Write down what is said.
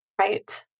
Right